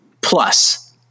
plus